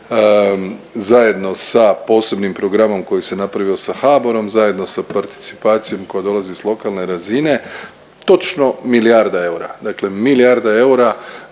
zajedno sa posebnim programom koji se napravio sa HBOR-om zajedno sa participacijom koja dolazi s lokalne razine, točno milijarda eura, dakle milijarda eura